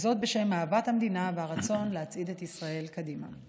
וזאת בשם אהבת המדינה והרצון להצעיד את ישראל קדימה.